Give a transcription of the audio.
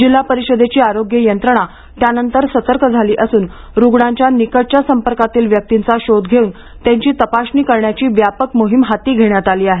जिल्हा परिषदेची आरोग्य यंत्रणा त्यानंतर सतर्क झाली असून रुग्णांच्या निकटच्या संपर्कातील व्यक्तींचा शोध घेऊन त्यांची तपासणी करण्याची व्यापक मोहीम हाती घेण्यात आली आहे